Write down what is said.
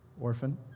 orphan